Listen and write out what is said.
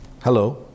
hello